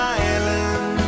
island